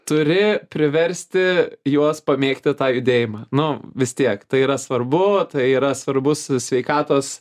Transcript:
turi priversti juos pamėgti tą judėjimą nu vis tiek tai yra svarbu tai yra svarbus sveikatos